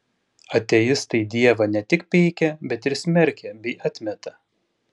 ateistai dievą ne tik peikia bet ir smerkia bei atmeta